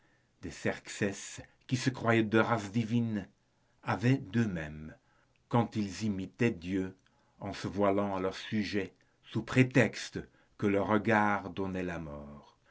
des xerxès qui se croyaient de race divine avaient d'eux-mêmes quand ils imitaient dieu en se voilant à leurs sujets sous prétexte que leurs regards donnaient la mort